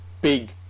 big